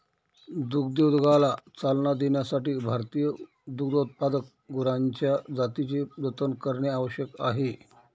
दुग्धोद्योगाला चालना देण्यासाठी भारतीय दुग्धोत्पादक गुरांच्या जातींचे जतन करणे आवश्यक आहे